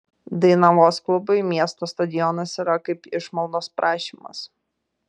dainavos klubui miesto stadionas yra kaip išmaldos prašymas